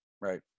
Right